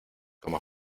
como